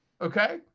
Okay